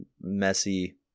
messy